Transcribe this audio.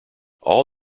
all